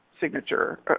signature